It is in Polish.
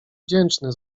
wdzięczny